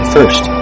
First